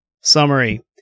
Summary